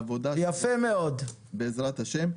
בעזרת-השם.